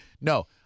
No